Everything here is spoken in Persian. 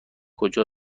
کجا